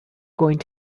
going